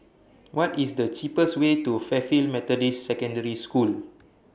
What IS The cheapest Way to Fairfield Methodist Secondary School